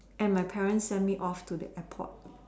and my parents send me off to the airport